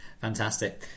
Fantastic